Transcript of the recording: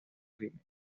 crimen